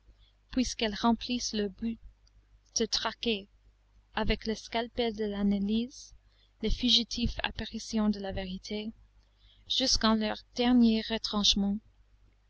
puisqu'elles remplissent leur but de traquer avec le scalpel de l'analyse les fugitives apparitions de la vérité jusqu'en leurs derniers retranchements